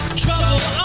trouble